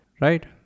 right